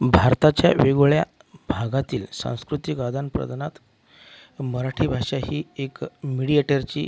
भारताच्या वेगवेगळ्या भागातील सांस्कृतिक आदानप्रदानात मराठी भाषा ही एक मीडिएटरची